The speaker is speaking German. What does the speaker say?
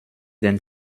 den